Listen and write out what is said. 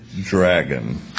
dragon